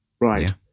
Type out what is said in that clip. right